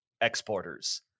exporters